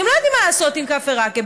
אתם לא יודעים מה לעשות עם כפר עקב,